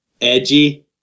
Edgy